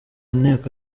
inteko